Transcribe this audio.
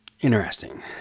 interesting